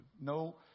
No